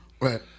Right